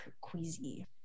queasy